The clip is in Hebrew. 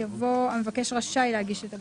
יבוא "המבקש רשאי להגיש את הבקשה".